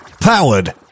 powered